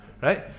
right